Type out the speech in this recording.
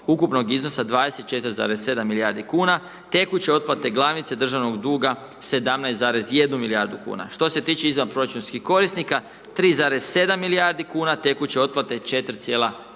ukupnog iznosa 24,7 milijarde kuna, tekuće otplate glavnice državnog duga 17,1 milijardu kuna. Što se tiče izvanproračunskih korisnika 3,7 milijarde kuna, tekuće otplate 4,3